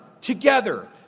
together